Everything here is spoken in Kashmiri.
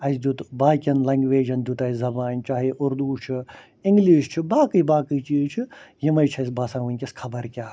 اَسہِ دیُت باقیَن لینٛگویجَن دیُت اَسہِ زبان چاہے اُردو چھُ اِنٛگلِش چھُ باقٕے باقٕے چیٖز چھِ یمے چھِ اَسہِ باسان وُنکٮ۪س خَبر کیٛاہ